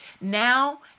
now